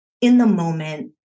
in-the-moment